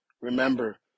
Remember